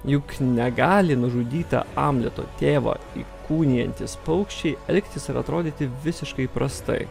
juk negali nužudytą amleto tėvą įkūnijantys paukščiai elgtis ar atrodyti visiškai įprastai